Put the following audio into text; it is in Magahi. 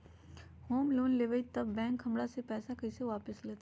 हम लोन लेलेबाई तब बैंक हमरा से पैसा कइसे वापिस लेतई?